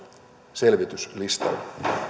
selvityslistalla